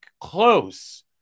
close